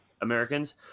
Americans